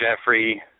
Jeffrey